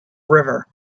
river